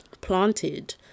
planted